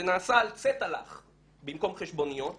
זה נעשה על צטלאך במקום חשבוניות.